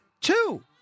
Two